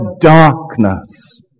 darkness